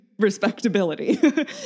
respectability